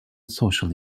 social